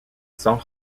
sans